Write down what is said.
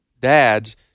dads